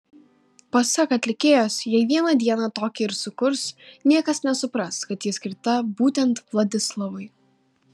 pasak atlikėjos jei vieną dieną tokią ir sukurs niekas nesupras kad ji skirta būtent vladislavui